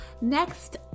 Next